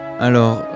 Alors